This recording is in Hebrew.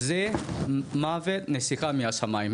זה מוות מהשמיים'.